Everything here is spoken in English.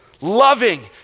loving